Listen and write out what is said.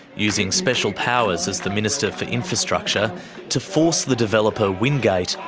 using special powers as the minister for infrastructure to force the developer, wingate,